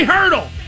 Hurdle